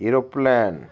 aeroplane